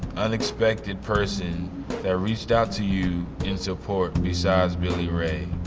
unexpected person that reached out to you in support, besides billy ray.